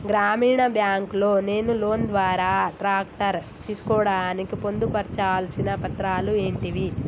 గ్రామీణ బ్యాంక్ లో నేను లోన్ ద్వారా ట్రాక్టర్ తీసుకోవడానికి పొందు పర్చాల్సిన పత్రాలు ఏంటివి?